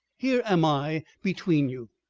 here am i between you.